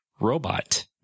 robot